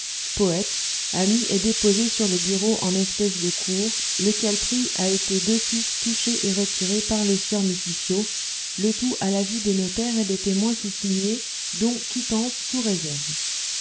poète a mis et déposé sur le bureau en espèces de cours lequel prix a été de suite touché et retiré par le sieur mitifio le tout à la vue des notaires et des témoins soussignés dont quittance sous réserve